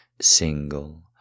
single